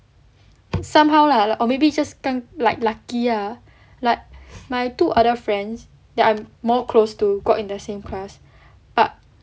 somehow lah or maybe just like lucky ah like my two other friends that I'm more close to got in the same class but